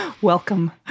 Welcome